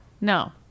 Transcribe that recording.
No